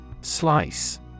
Slice